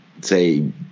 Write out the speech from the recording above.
say